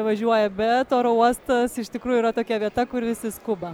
važiuoja bet oro uostas iš tikrųjų yra tokia vieta kur visi skuba